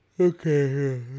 Okay